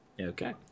Okay